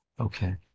Okay